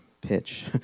pitch